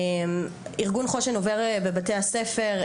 ארגון חוש"ן עובר בבתי הספר.